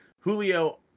Julio